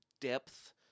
Depth